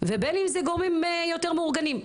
ובין אם אלה גורמים יותר מאורגנים.